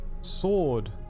sword